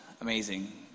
amazing